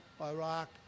Iraq